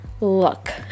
Look